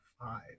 five